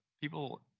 people